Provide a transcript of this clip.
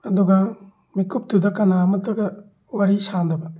ꯑꯗꯨꯒ ꯃꯤꯀꯨꯞꯇꯨꯗ ꯀꯅꯥ ꯑꯃꯇꯒ ꯋꯥꯔꯤ ꯁꯥꯗꯕ